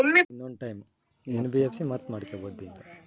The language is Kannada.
ಎನ್.ಬಿ.ಎಫ್.ಸಿ ಗಳಲ್ಲಿ ಠೇವಣಿಗಳನ್ನು ಇಡಬಹುದೇನ್ರಿ?